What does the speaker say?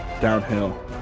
downhill